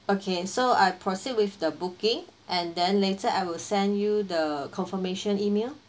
okay so I proceed with the booking and then later I will send you the confirmation email